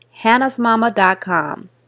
Hannah'sMama.com